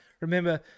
remember